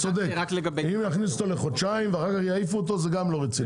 אם יכניסו אותו לחודשיים ואז יעיפו אותו זה גם לא רציני.